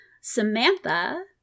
Samantha